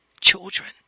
children